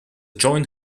joint